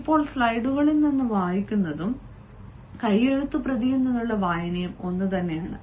ഇപ്പോൾ സ്ലൈഡുകളിൽ നിന്ന് വായിക്കുന്നതും കൈയെഴുത്തുപ്രതിയിൽ നിന്നുള്ള വായനയും ഒന്നുതന്നെയാണ്